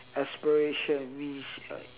aspiration means uh